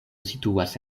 situas